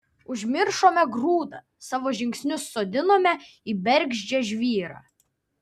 užmiršome grūdą savo žingsnius sodinome į bergždžią žvyrą